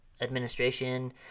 administration